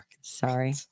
sorry